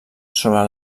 sobre